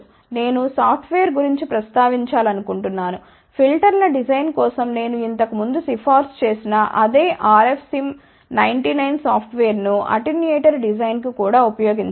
నేను సాఫ్ట్వేర్ గురించి ప్రస్తావించాలనుకుంటున్నాను ఫిల్టర్ల డిజైన్ కోసం నేను ఇంతకు ముందు సిఫారసు చేసిన అదే RFSIM 99 సాఫ్ట్వేర్ను అటెన్యూయేటర్ డిజైన్ కు కూడా ఉపయోగించవచ్చు